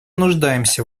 нуждаемся